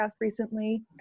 recently